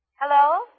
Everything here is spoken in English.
Hello